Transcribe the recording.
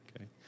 Okay